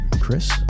Chris